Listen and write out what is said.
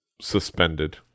suspended